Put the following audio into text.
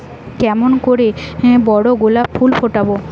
কেমন করে বড় গোলাপ ফুল ফোটাব?